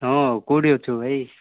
ହଁ କୋଉଠି ଅଛୁ ଭାଇ